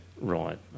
Right